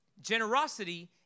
Generosity